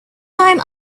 time